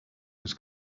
was